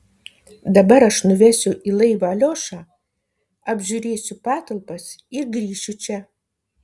dabar aš nuvesiu į laivą aliošą apžiūrėsiu patalpas ir grįšiu čia